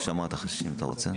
דבריו.